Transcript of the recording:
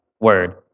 word